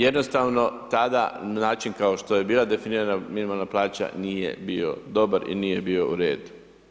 Jednostavno tada način kao što je bila definirana minimalna plaća nije bio dobar i nije bio u redu.